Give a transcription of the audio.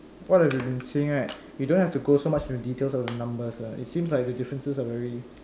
what I've have been seeing right you don't have to go so much into details of the numbers lah it seems like the differences are very